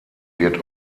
wird